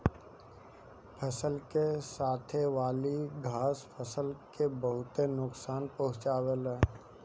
फसल के साथे वाली घास फसल के बहुत नोकसान पहुंचावे ले